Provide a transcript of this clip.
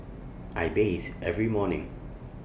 I bathe every morning